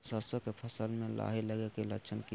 सरसों के फसल में लाही लगे कि लक्षण हय?